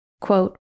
Quote